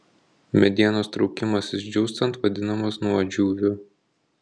medienos traukimasis džiūstant vadinamas nuodžiūviu